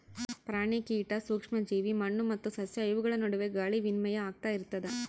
ಪ್ರಾಣಿ ಕೀಟ ಸೂಕ್ಷ್ಮ ಜೀವಿ ಮಣ್ಣು ಮತ್ತು ಸಸ್ಯ ಇವುಗಳ ನಡುವೆ ಗಾಳಿ ವಿನಿಮಯ ಆಗ್ತಾ ಇರ್ತದ